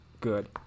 good